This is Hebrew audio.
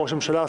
ראש הממשלה,